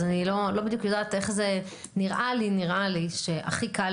אז אני לא בדיוק יודעת איך זה נראה לי שהכי קל